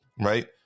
Right